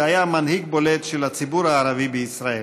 והספיק לעשות זאת,